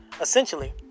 Essentially